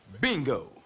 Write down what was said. Bingo